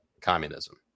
communism